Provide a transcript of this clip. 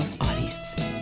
audience